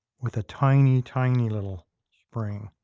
with a tiny, tiny little spring.